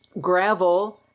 gravel